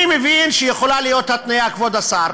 אני מבין שיכולה להיות התניה, כבוד השר,